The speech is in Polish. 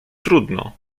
trudno